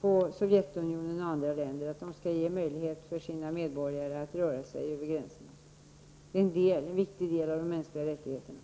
på Sovjetunionen och andra länder, att de skall ge sina medborgare möjlighet att röra sig över gränserna. Det är en viktig del av de mänskliga rättigheterna.